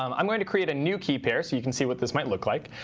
um i'm going to create a new key pair so you can see what this might look like.